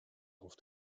auf